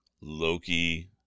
Loki